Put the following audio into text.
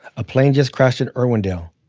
a plane just crashed in irwindale.